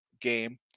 game